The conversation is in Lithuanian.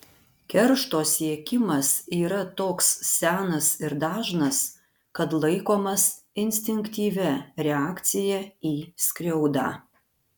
keršto siekimas yra toks senas ir dažnas kad laikomas instinktyvia reakcija į skriaudą